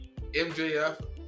MJF